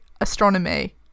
astronomy